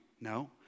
No